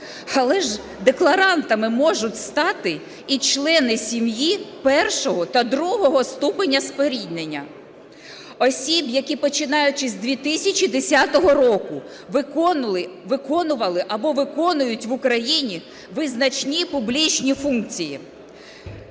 Але ж декларантами можуть стати і члени сім'ї першого та другого ступеня споріднення осіб, які починаючи з 2010 року, виконували або виконують в Україні визначні публічні функції.